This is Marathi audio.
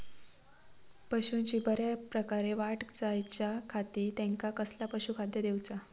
पशूंची बऱ्या प्रकारे वाढ जायच्या खाती त्यांका कसला पशुखाद्य दिऊचा?